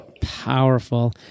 Powerful